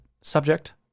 subject